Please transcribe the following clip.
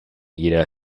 jeder